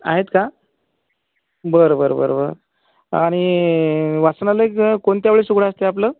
आहेत का बरं बरं बरं बरं आणि वाचनालय कोणत्या वेळेस उघडं असते आपला